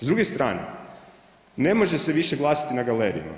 S druge strane, ne može se više glasati na galerijama.